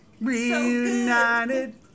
reunited